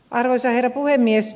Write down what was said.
arvoisa herra puhemies